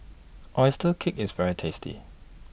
Oyster Cake IS very tasty